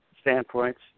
standpoints